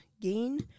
Gain